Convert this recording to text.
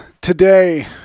today